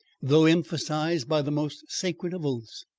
though emphasised by the most sacred of oaths,